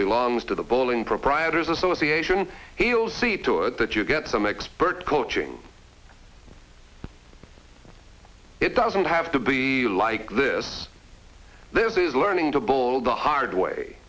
belongs to the bowling proprietors association he'll see to it that you get some expert coaching it doesn't have to be like this this is learning to bowl the hard way